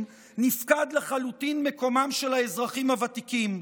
נפקד לחלוטין מקומם של האזרחים הוותיקים.